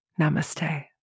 Namaste